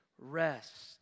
rest